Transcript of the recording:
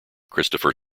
christopher